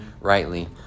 rightly